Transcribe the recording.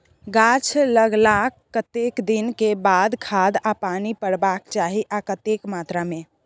गाछ लागलाक कतेक दिन के बाद खाद आ पानी परबाक चाही आ कतेक मात्रा मे?